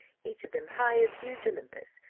each of them high as huge olympus,